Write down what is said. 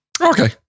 Okay